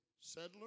settler